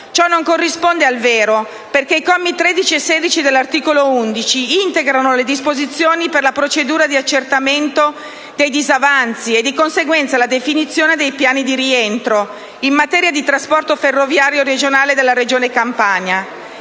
ciò non corrisponde al vero, perché i commi 13 e 16 dell'articolo 11 integrano le disposizioni per la procedura di accertamento dei disavanzi e, di conseguenza, la definizione dei piani di rientro in materia di trasporto ferroviario regionale della Regione Campania.